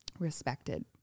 respected